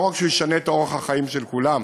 לא רק שהוא ישנה את אורח החיים של כולם,